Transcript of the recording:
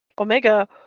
Omega